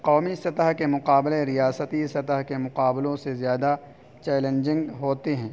قومی سطح کے مقابلے ریاستی سطح کے مقابلوں سے زیادہ چیلنجنگ ہوتے ہیں